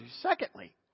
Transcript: Secondly